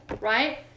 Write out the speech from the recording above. right